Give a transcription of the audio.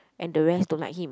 and the rest don't like him